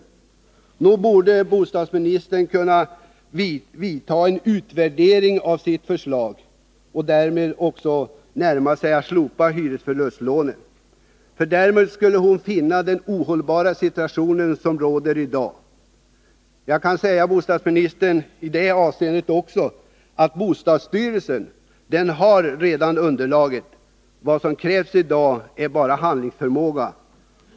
188 Nog borde bostadsministern kunna göra en utvärdering av sitt förslag att | slopa hyresförlustlånen. Därmed skulle hon se den ohållbara situation som råder i dag. Jag kan i det avseendet tala om för bostadsministern att bostadsstyrelsen redan har underlaget. Vad som krävs i dag är bara handlingsförmåga.